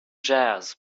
jazz